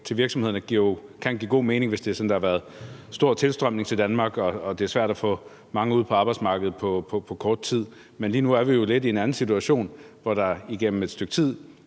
til virksomhederne kan give god mening, hvis det er sådan, at der har været en stor tilstrømning til Danmark og det er svært at få mange ud på arbejdsmarkedet på kort tid. Men lige nu er vi jo lidt i en anden situation, hvor der igennem et stykke tid,